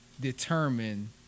determine